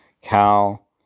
Cal